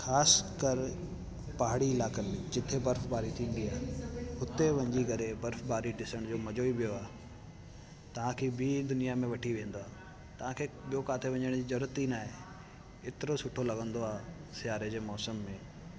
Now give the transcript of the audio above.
ख़ासि कर पहाड़ी इलाइक़नि में जिते बर्फबारी थींदी आहे उते वञी करे बर्फबारी ॾिसण जो मज़ो ई ॿियो आहे तव्हां खे ॿी दुनिया में वठी वेंदो आहे तव्हां खे ॿियो किथे वञण जी ज़रूरत ई न आहे एतिरो सुठो लॻंदो आहे सियारे जे मौसम में